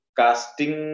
casting